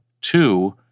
Two